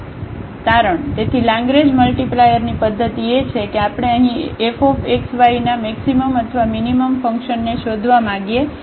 તારણ તેથી લાગરેંજ મલ્ટીપ્લાયરની પદ્ધતિ એ છે કે આપણે અહીં fxy ના મેક્સિમમ અથવા મીનીમમ ફંકશનને શોધવા માંગીએ છીએ